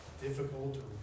difficult